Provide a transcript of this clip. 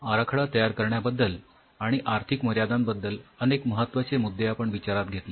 आणि आराखडा तयार करण्याबद्दल आणि आर्थिक मर्यादांबद्दल अनेक महत्वाचे मुद्दे आपण विचारात घेतले